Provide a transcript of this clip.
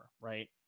right